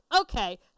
Okay